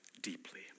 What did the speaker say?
deeply